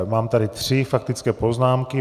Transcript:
Mám tady tři faktické poznámky.